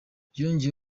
yongeye